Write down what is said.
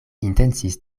intencis